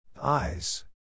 Eyes